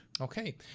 okay